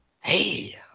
hey